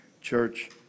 Church